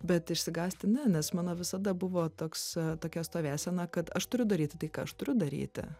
bet išsigąsti ne nes mano visada buvo toks tokia stovėsena kad aš turiu daryti tai ką aš turiu daryti